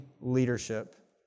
leadership